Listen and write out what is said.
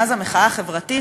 מאז המחאה החברתית,